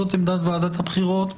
וזאת עמדת ועדת הבחירות.